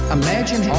imagine